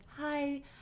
hi